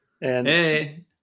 Hey